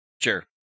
Sure